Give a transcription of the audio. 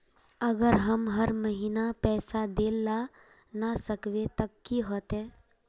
अगर हम हर महीना पैसा देल ला न सकवे तब की होते?